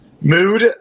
Mood